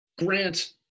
grant